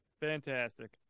Fantastic